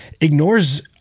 ignores